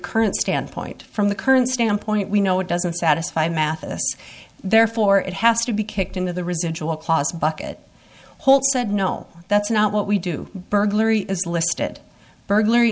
current standpoint from the current standpoint we know it doesn't satisfy mathis therefore it has to be kicked into the residual clause bucket hole said no that's not what we do burglary is listed burglary